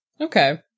Okay